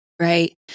Right